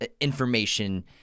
information